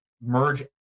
merge